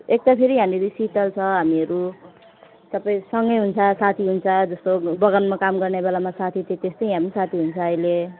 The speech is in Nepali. यता फेरि यहाँनिर शीतल छ हामीहरू सबै सँगै हुन्छ साथी हुन्छ जस्तो बगानमा काम गर्ने बेलामा साथी थिएँ त्यस्तै यहाँ पनि साथी हुन्छ अहिले